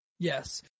Yes